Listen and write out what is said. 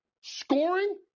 Scoring